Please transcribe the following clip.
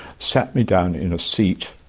sat me down in a seat,